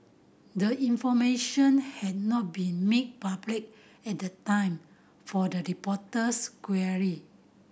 the information had not been made public at the time for the reporter's query